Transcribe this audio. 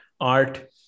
art